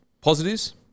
positives